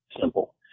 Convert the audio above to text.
simple